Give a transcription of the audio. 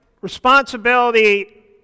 responsibility